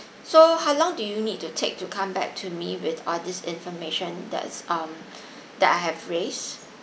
so how long do you need to take to come back to me with all this information that's um that I have raise